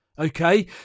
Okay